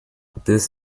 this